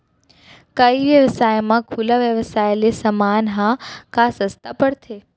का ई व्यवसाय म खुला व्यवसाय ले समान ह का सस्ता पढ़थे?